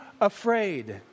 afraid